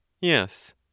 Yes